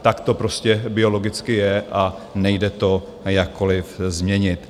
Tak to prostě biologicky je a nejde to jakkoliv změnit.